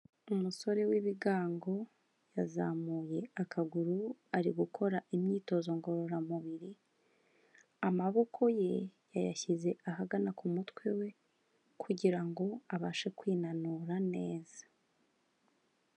Umusore w'ibigango yazamuye akaguru ari gukora imyitozo ngororamubiri, amaboko ye yashyize ahagana ku mutwe we kugira ngo abashe kwinanura neza.